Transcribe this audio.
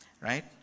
right